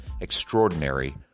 Extraordinary